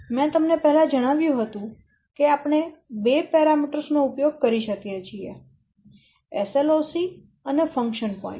મેં તમને પહેલા જણાવ્યું હતું કે આપણે બે પરિમાણો નો ઉપયોગ કરી શકીએ છીએ SLOC અને ફંક્શન પોઈન્ટ